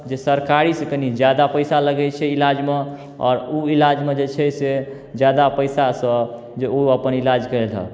जे सरकारी सँ कनी जादा पैसा लगै छै इलाजमे आओर ओ इलाजमे जे छै से जादा पैसा सऽ जे ओ अपन इलाज करेलक